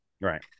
Right